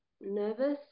nervous